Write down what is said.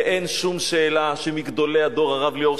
אין שום שאלה שמגדולי הדור הרב ליאור,